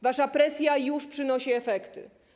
Wasza presja już przynosi efekty.